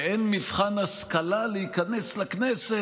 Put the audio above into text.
שאין מבחן השכלה להיכנס לכנסת,